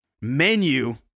menu